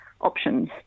options